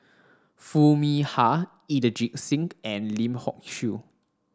Foo Mee Har Inderjit Singh and Lim Hock Siew